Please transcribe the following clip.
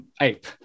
ape